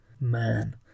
Man